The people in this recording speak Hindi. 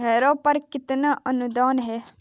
हैरो पर कितना अनुदान है?